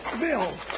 Bill